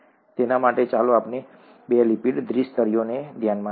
તેના માટે ચાલો આપણે બે લિપિડ દ્વિ સ્તરોને ધ્યાનમાં લઈએ